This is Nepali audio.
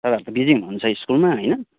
तपाईँहरू त बिजी हुनुहुन्छ स्कुलमा होइन